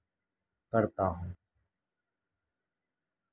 کرتا ہوں